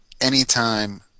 anytime